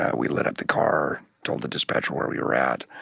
ah we lit up the car, told the dispatcher where we were at,